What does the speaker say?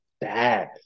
bad